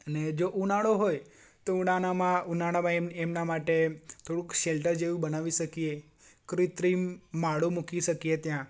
ને જો ઉનાળો હોય તો ઉનાળામાં એમના માટે થોડુંક શેલ્ટર જેવું બનાવી સકીએ કૃતિમ માળો મૂકી શકીએ ત્યાં